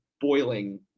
boiling